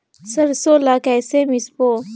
सरसो ला कइसे मिसबो?